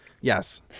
yes